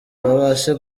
babashe